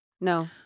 No